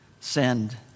Send